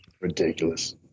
Ridiculous